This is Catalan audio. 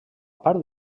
part